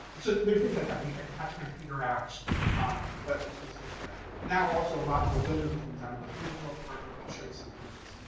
so there are things like that where you have to kind of figure out what things looked like. now, also, a lot more building has been done within the drill court. i'll show you some images.